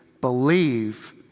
believe